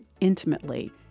intimately